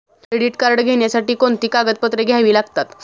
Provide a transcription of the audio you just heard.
Credit card घेण्यासाठी कोणती कागदपत्रे घ्यावी लागतात?